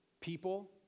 people